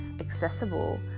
accessible